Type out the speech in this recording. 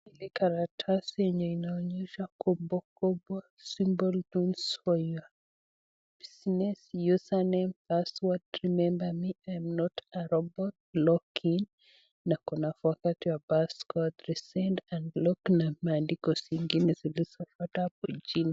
Hili karatasi yenye inaonyesha kumbukumbu, symbol don't share . Business username , password , remember me , I'm not a robot , log in , na kuna forgot your password , resend , unlock na maandiko zingine zilizofuata hapo chini.